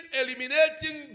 eliminating